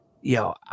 yo